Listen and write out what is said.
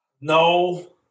No